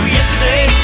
Yesterday